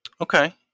Okay